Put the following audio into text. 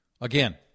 again